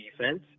defense